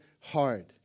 hard